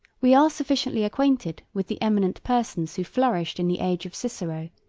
we are sufficiently acquainted with the eminent persons who flourished in the age of cicero,